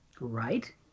Right